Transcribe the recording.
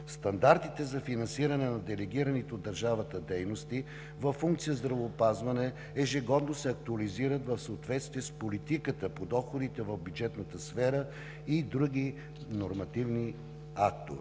Стандартите за финансиране на делегираните от държавата дейности във функция здравеопазване ежегодно се актуализират в съответствие с политиката по доходите в бюджетната сфера и други нормативни актове.